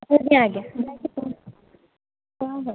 ଆଜ୍ଞା ଆଜ୍ଞା ହଁ ହଁ